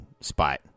spot